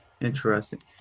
interesting